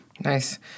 Nice